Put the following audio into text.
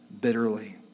bitterly